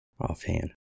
offhand